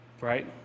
right